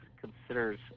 considers